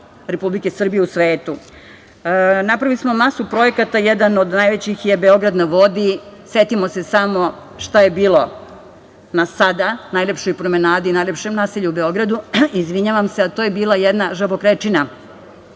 Republike Srbije u svetu. Napravili smo masu projekata, jedan od najvećih je „Beograd na vodi“. Setimo se samo šta je bilo na sada, najlepšoj Promenadi, najlepšem naselju u Beogradu, a to je bila jedna žabokrečina,